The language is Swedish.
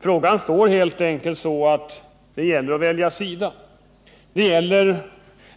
Frågan står helt enkelt så att det gäller att välja sida. Det gäller